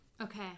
Okay